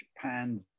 japan